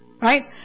Right